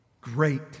great